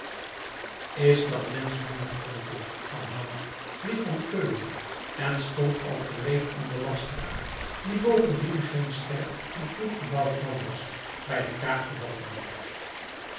is dat mensch nu nog dronken van hout riep van keulen en stond al gereed om den lasteraar die bovendien geen sterk en kloek gebouwd man was bij den kraag